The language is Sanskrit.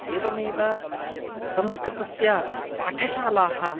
एवमेव संस्कृतस्य पाठशालाः